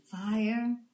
fire